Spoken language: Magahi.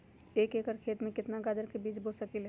एक एकर खेत में केतना गाजर के बीज बो सकीं ले?